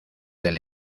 del